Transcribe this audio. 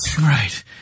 Right